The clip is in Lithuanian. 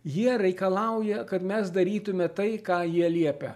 jie reikalauja kad mes darytume tai ką jie liepia